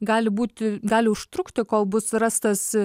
gali būti gali užtrukti kol bus rastas